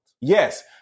Yes